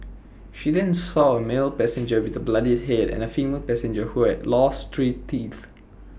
she then saw A male passenger with A bloodied Head and A female passenger who have lost three teeth